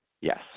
yes